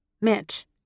Mitch